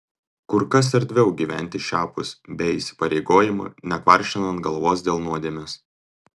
kur kas erdviau gyventi šiapus be įsipareigojimų nekvaršinant galvos dėl nuodėmės